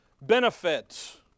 benefits